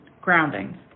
grounding